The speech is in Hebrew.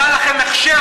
נתן לכם הכשר,